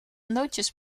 nootjes